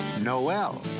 Noel